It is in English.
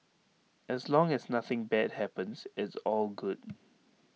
as long as nothing bad happens it's all good